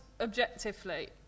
objectively